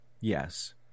Yes